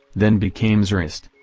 then became tsarist.